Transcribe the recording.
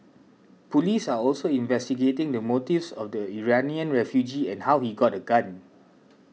police are also investigating the motives of the Iranian refugee and how he got a gun